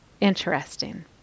Interesting